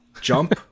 jump